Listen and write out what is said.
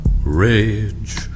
Rage